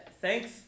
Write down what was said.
thanks